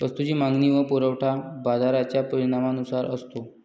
वस्तूची मागणी व पुरवठा बाजाराच्या परिणामानुसार असतो